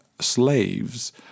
slaves